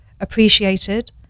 appreciated